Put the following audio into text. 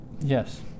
Yes